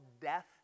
death